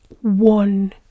one